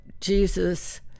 Jesus